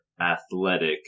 athletic